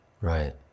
Right